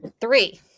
three